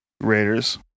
Raiders